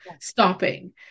stopping